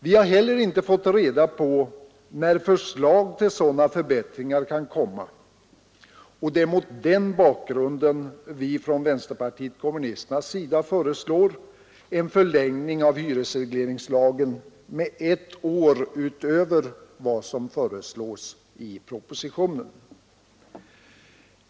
Vi har heller inte fått reda på när förslag till sådana förbättringar kan komma, och det är mot den bakgrunden vi från vänsterpartiet kommunisternas sida föreslår en förlängning av hyresregleringslagen med ett år utöver vad som föreslås i propositionen.